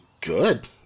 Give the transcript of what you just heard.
good